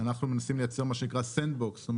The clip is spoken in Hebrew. אנחנו מנסים לייצר את מה שנקרא 'ארגז חול',